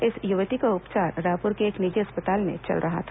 इस युवती का उपचार रायपुर के एक निजी अस्पताल में चल रहा था